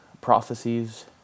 prophecies